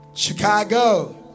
Chicago